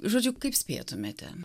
žodžiu kaip spėtumėte